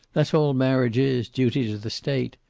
that's all marriage is duty to the state.